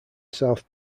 south